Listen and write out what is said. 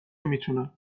میتونم